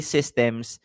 Systems